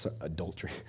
Adultery